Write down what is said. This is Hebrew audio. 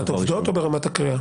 ברמת העובדות או ברמת הקריאה?